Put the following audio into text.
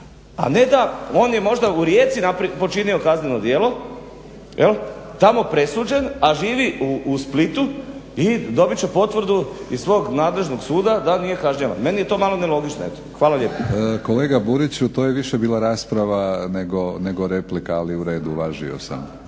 a ne da on je možda u Rijeci počinio kazneno djelo, tamo presuđen a živi u Splitu i dobit će potvrdu iz svog nadležnog suda da nije kažnjavan. Meni je to malo nelogično, eto. Hvala lijepo. **Batinić, Milorad (HNS)** Kolega Buriću, to je više bila rasprava nego replika. Ali u redu, uvažio sam